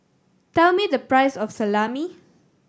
tell me the price of Salami